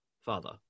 father